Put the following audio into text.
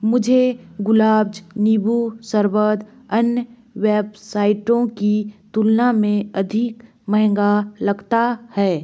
मुझे गुलाब जल नीबू शरबत अन्य वेबसाइटों की तुलना में अधिक महंगा लगता है